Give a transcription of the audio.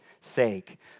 sake